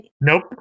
Nope